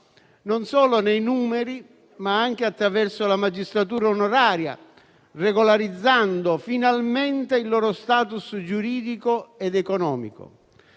non solo nei numeri, ma anche attraverso la magistratura onoraria, regolarizzando finalmente il loro *status* giuridico ed economico.